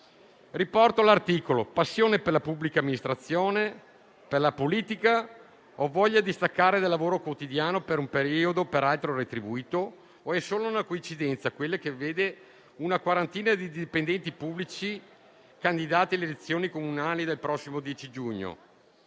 Riporto l'articolo: passione per la pubblica amministrazione, per la politica, voglia di staccare dal lavoro quotidiano per un periodo (peraltro retribuito), o è solo una coincidenza quella che vede una quarantina di dipendenti pubblici candidati alle elezioni comunali del prossimo 10 giugno?